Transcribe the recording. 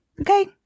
Okay